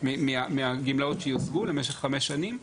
8% מהגמלאות שיושגו למשך חמש שנים,